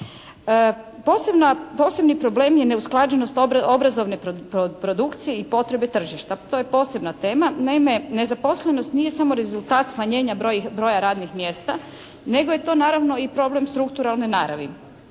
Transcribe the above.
Posebni problem je neusklađenost obrazovne produkcije i potrebe tržišta. To je posebna tema. Naime, nezaposlenost nije samo rezultat smanjenja broja radnih mjesta, nego je to naravno i problem strukturalne naravi.